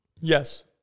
Yes